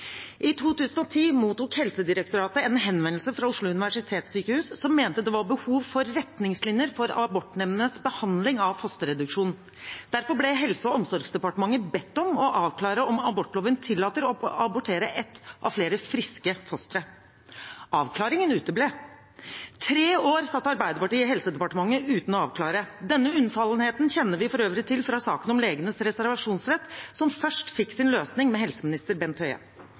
I 2010 mottok Helsedirektoratet en henvendelse fra Oslo universitetssykehus, som mente det var behov for retningslinjer for abortnemndenes behandling av fosterreduksjon. Derfor ble Helse- og omsorgsdepartementet bedt om å avklare om abortloven tillater å abortere ett av flere friske fostre. Avklaringen uteble. I tre år satt Arbeiderpartiet i Helse- og omsorgsdepartementet uten å avklare. Denne unnfallenheten kjenner vi for øvrig til fra saken om legenes reservasjonsrett, som først fikk sin løsning med helseminister Bent Høie.